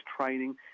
training